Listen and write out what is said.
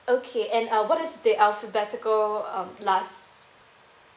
okay and uh what is the alphabetical um last